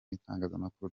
itangazamakuru